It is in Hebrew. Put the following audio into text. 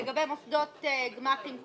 לגבי מוסדות גמ"חים קיימים,